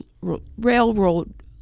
railroad